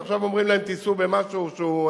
ועכשיו אומרים להם: תיסעו במשהו שהוא,